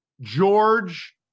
George